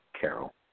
Carol